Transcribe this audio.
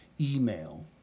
Email